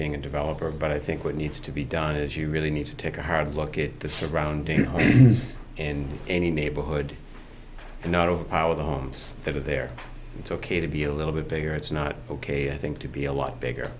being a developer but i think what needs to be done is you really need to take a hard look at the surrounding is in any neighborhood and not overpower the homes that are there it's ok to be a little bit bigger it's not ok i think to be a lot bigger